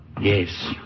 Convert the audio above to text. Yes